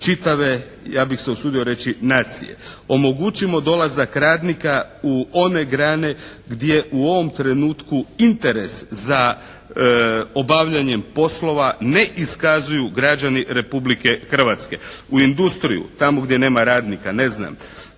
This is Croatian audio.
čitave ja bih se usudio reći nacije. Omogućimo dolazak radnika u one grane gdje u ovom trenutku interes za obavljanjem poslova ne iskazuju građani Republike Hrvatske. U industriju, tamo gdje nema radnika, ne znam,